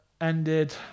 ended